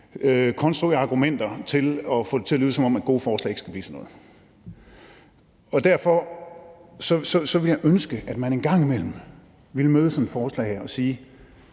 for at få det til at lyde, som om gode forslag ikke skal blive til noget. Derfor ville jeg ønske, at man en gang imellem ville møde sådan et forslag og sige: